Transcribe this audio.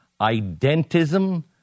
identism